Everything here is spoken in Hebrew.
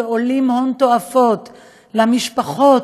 שעולים הון תועפות למשפחות,